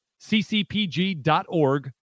ccpg.org